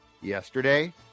yesterday